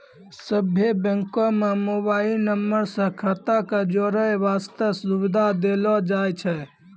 सभ्भे बैंको म मोबाइल नम्बर से खाता क जोड़ै बास्ते सुविधा देलो जाय छै